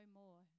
more